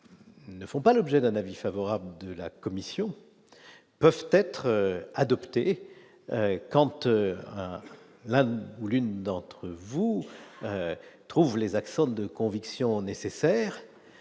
ne font pas l'objet d'un avis favorable de la commission peuvent être adoptés quand l'un ou l'une d'entre vous trouve les accents de conviction nécessaire